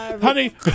honey